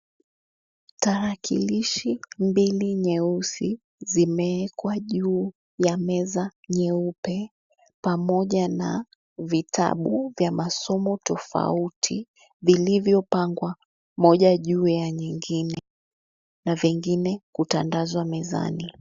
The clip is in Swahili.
Tarakilishi mbili nyeusi zimeekwa juu ya meza nyeupe, pamoja na vitabu vya masomo tofauti, vilivyo pangwa moja juu ya nyingine, na vingine kutandazwa mezani.